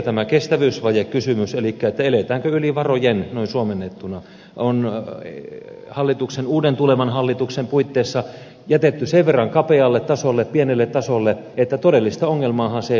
tämä kestävyysvajekysymys elikkä se eletäänkö yli varojen noin suomennettuna on uuden tulevan hallituksen puitteissa jätetty sen verran kapealle tasolle pienelle tasolle että todellista ongelmaahan se ei lähde korjaamaan